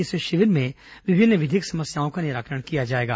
इस शिविर में विभिन्न विधिक समस्याओं का निराकरण किया जाएगा